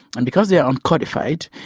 and because they are uncodified,